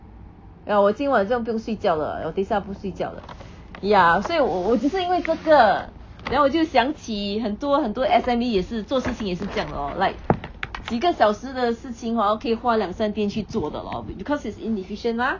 ya 我今晚真的不用睡觉了我等一下不睡觉了 ya 所以我我只是因为这个 then 我就想起很多很多 S_M_E 也是做事情也是这样的 lor like 几个小时的事情 hor 可以花两三天去做的 lor because it's inefficient mah